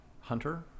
hunter